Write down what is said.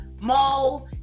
Mo